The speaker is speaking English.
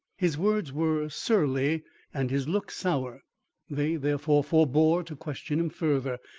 his words were surly and his looks sour they, therefore, forebore to question him further,